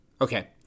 Okay